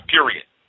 Period